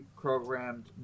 programmed